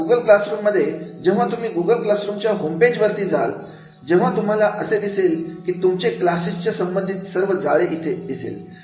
आता Google classroom मध्ये जेव्हा तुम्ही गूगल क्लासरूम च्या होम पेज वरती जाल तेव्हा तुम्हाला असे दिसेल की तुमचे क्लासेस च्या संबंधित सर्व जाळे इथे दिसेल